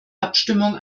abstimmung